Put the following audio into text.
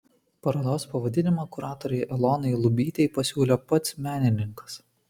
parodos pavadinimą kuratorei elonai lubytei pasiūlė pats menininkas